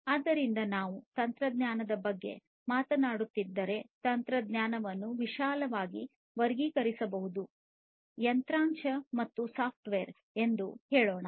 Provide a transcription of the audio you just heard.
ಆದ್ದರಿಂದ ನಾವು ತಂತ್ರಜ್ಞಾನದ ಬಗ್ಗೆ ಮಾತನಾಡುತ್ತಿದ್ದರೆ ತಂತ್ರಜ್ಞಾನವನ್ನು ವಿಶಾಲವಾಗಿ ವರ್ಗೀಕರಿಸಬಹುದು ಹಾರ್ಡ್ವೇರ್ ಮತ್ತು ಸಾಫ್ಟ್ವೇರ್ ಎಂದು ಹೇಳೋಣ